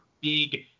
big